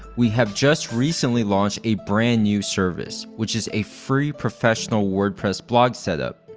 we have just recently launched a brand new service, which is a free professional wordpress blog setup.